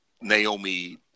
Naomi